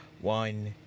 one